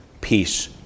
peace